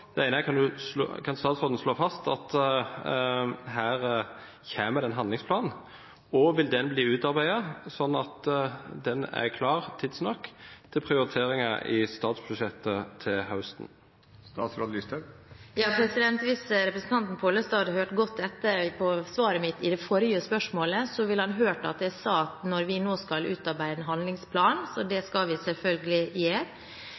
Det ene er om statsråden kan slå fast at her kommer det en handlingsplan, og om den vil bli utarbeidet sånn at den er klar tidsnok til prioriteringen i statsbudsjettet til høsten. Ja, hvis representanten Pollestad hadde hørt godt etter på svaret mitt i det forrige spørsmålet, ville han hørt at jeg sa: «Når vi skal utarbeide en handlingsplan». Så det skal vi selvfølgelig gjøre.